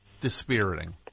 dispiriting